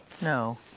no